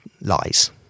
lies